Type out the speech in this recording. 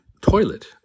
toilet